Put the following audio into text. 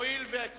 הואיל וכל